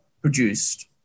produced